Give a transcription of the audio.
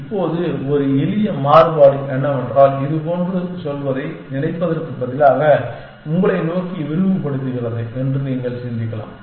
இப்போது இதற்கு ஒரு எளிய மாறுபாடு என்னவென்றால் இதுபோன்று செல்வதை நினைப்பதற்கு பதிலாக உங்களை நோக்கி விரிவுபடுத்துவது பற்றி நீங்கள் சிந்திக்கலாம்